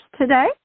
today